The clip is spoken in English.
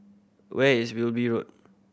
where is Wilby Road